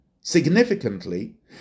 Significantly